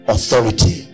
Authority